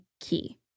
key